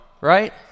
Right